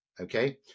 Okay